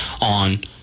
on